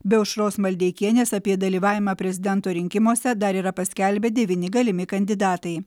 be aušros maldeikienės apie dalyvavimą prezidento rinkimuose dar yra paskelbę devyni galimi kandidatai